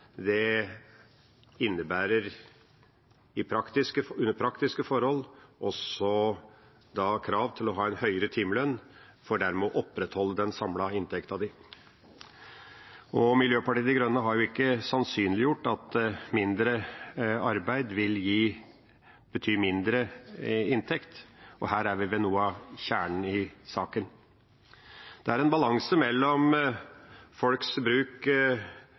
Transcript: arbeid innebærer, under praktiske forhold, også krav til å ha en høyere timelønn, for dermed å opprettholde den samlede inntekten. Miljøpartiet De Grønne har ikke sannsynliggjort at mindre arbeid vil bety mindre i inntekt, og her er vi ved noe av kjernen i saken. Det er en balanse mellom folks bruk